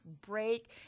break